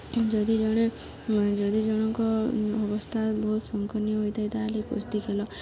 ଯଦି ଜଣେ ଯଦି ଜଣକ ଅବସ୍ଥା ବହୁତ ସଙ୍ଗିନ ହୋଇଥାଏ ତା'ହେଲେ କୁସ୍ତି ଖେଳ